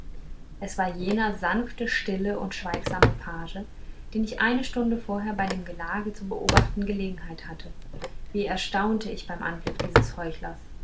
es war jener sanfte stille und schweigsame page den ich eine stunde vorher bei dem gelage zu beobachten gelegenheit hatte wie erstaunte ich beim anblick dieses heuchlers